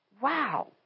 Wow